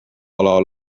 ala